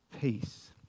peace